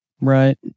Right